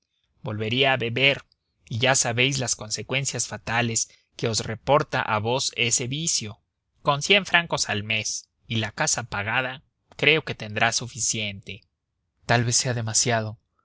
volvería a beber y ya sabéis las consecuencias fatales que os reporta a vos ese vicio con cien francos al mes y la casa pagada creo que tendrá suficiente tal vez sea demasiado